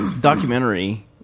documentary